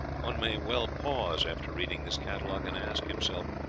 one may well pause, after reading this catalogue, and ask himself,